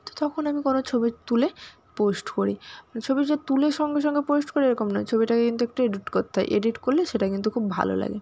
তো তখন আমি কোনো ছবি তুলে পোস্ট করি ছবি যে তুলেই সঙ্গে সঙ্গে পোস্ট করি এরকম নয় ছবিটাকে কিন্তু একটু এডিট করতে হয় এডিট করলে সেটা কিন্তু খুব ভালো লাগে